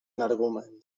energúmens